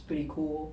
pretty cool